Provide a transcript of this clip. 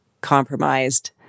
compromised